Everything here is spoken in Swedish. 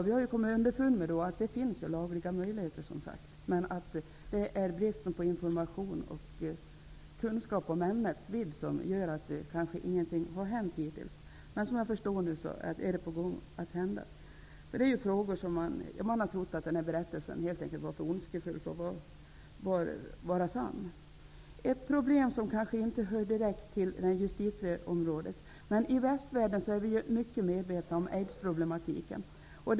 Vi har kommit underfund med att det finns lagliga möjligheter, men bristen på information och kunskap om ämnets vidd gör att ingenting hittills har hänt. Men jag förstår att åtgärder nu är på gång. Man har hittills trott att den här berättelsen helt enkelt var för ondskefull för att vara sann. Ett problem som kanske inte hör direkt till justitieområdet är aids-problematiken, som vi ju i västvärlden är mycket medvetna om.